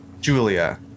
Julia